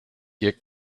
ihr